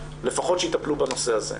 לפחות שיטפלו בנושא הזה.